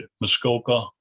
Muskoka